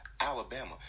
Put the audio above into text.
Alabama